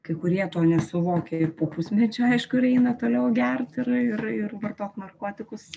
kai kurie to nesuvokia ir po pusmečio aišku ir eina toliau gerti ir ir vartot narkotikus